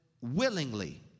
willingly